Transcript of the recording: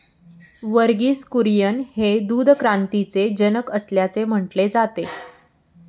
वर्गीस कुरियन हे दूध क्रांतीचे जनक असल्याचे म्हटले जाते